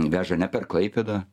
veža ne per klaipėdą